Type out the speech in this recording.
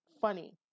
funny